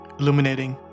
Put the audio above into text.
illuminating